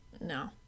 No